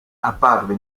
apparve